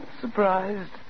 Surprised